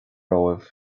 romhaibh